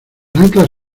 anclas